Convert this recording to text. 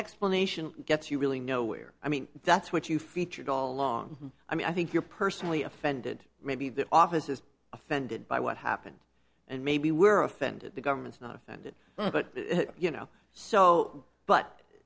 explanation gets you really nowhere i mean that's what you featured all along i mean i think you're personally offended maybe the office is offended by what happened and maybe we're offended the government's not offended but you know so but